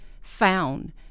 found